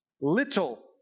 little